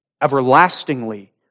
Everlastingly